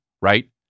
right